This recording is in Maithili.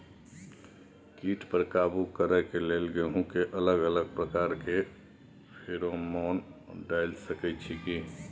कीट पर काबू करे के लेल गेहूं के अलग अलग प्रकार के फेरोमोन डाल सकेत छी की?